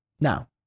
Now